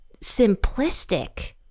simplistic